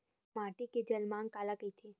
माटी के जलमांग काला कइथे?